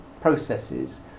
processes